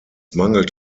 mangelt